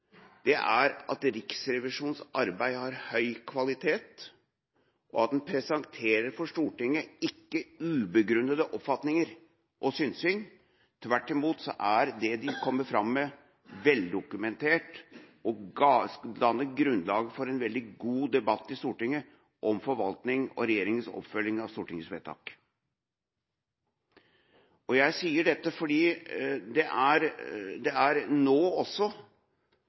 er at Riksrevisjonens arbeid har høy kvalitet, og at en ikke presenterer ubegrunnede oppfatninger og synsing for Stortinget. Tvert imot er det de kommer fram med, veldokumentert og danner grunnlag for en veldig god debatt i Stortinget om forvaltning og regjeringas oppfølging av stortingsvedtak. Jeg sier dette fordi det nå er en fornyet samtale, legger jeg merke til, som er